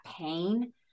pain